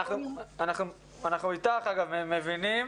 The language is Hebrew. אנחנו איתך ואנחנו מבינים.